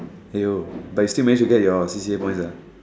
!aiyo! but you still managed to get your C_C_A points lah